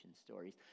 stories